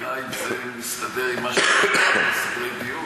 השאלה אם זה מסתדר עם סדרי דיון.